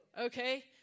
Okay